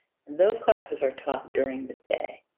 those classes are taught during the day.